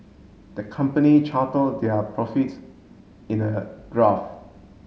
the company charted their profits in a graph